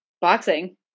Boxing